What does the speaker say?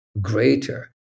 greater